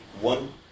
One